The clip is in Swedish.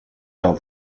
allt